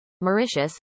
Mauritius